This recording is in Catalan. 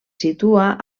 situa